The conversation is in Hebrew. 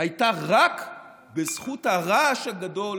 הייתה רק בזכות הרעש הגדול